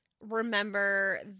remember